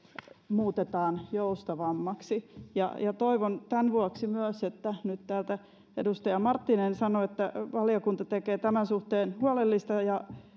muutetaan joustavammaksi ja ja toivon tämän vuoksi myös että vaikka nyt täällä edustaja marttinen sanoi että valiokunta tekee tämän suhteen huolellista ja